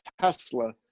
tesla